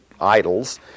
idols